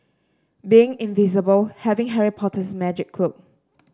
being invisible having Harry Potter's magic cloak